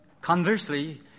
Conversely